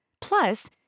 Plus